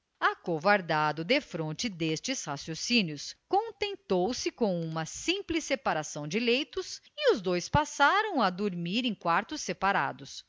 acovardado defronte destes raciocínios contentou-se com uma simples separação de leitos e os dois passaram a dormir em quartos separados